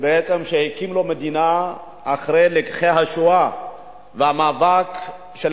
שבעצם הקים לו מדינה אחרי לקחי השואה והמאבק של